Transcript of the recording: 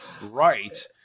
right